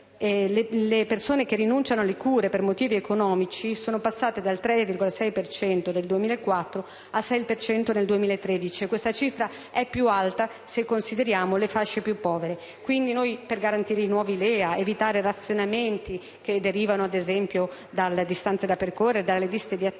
le persone che rinunciano alle cure per motivi economici sono passate dal 3,6 per cento del 2004 al 6 per cento nel 2013, e questa cifra è più alta se consideriamo le fasce più povere. Quindi noi, per garantire i nuovi LEA ed evitare razionamenti che derivano, ad esempio, dalle distanze da percorrere e dalle liste d'attesa,